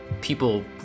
People